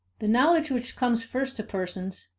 the knowledge which comes first to persons,